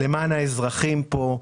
למען האזרחים פה,